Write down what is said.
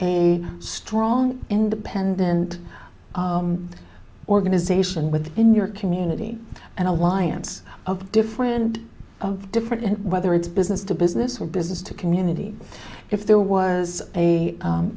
a strong independent organization within your community and alliance of different different whether it's business to business or business to community if there was a